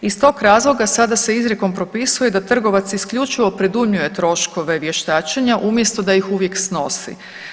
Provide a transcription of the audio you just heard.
Iz tog razloga sada se izrijekom propisuje da trgovac isključivo predujmljuje troškove vještačenje umjesto da ih uvijek snosi.